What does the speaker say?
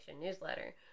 newsletter